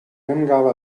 emgav